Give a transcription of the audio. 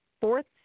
fourth